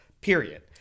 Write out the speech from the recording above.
Period